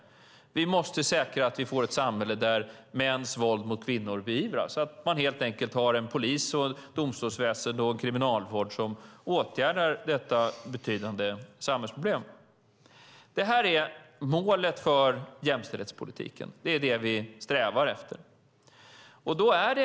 Vi måste säkra att vi får ett samhälle där mäns mot kvinnor beivras, att man helt enkelt har en polis, ett domstolsväsen och en kriminalvård som åtgärdar detta betydande samhällsproblem. Det här är målet för jämställdhetspolitiken. Det är det vi strävar efter.